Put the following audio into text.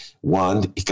One